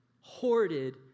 Hoarded